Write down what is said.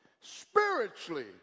Spiritually